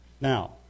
Now